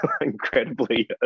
incredibly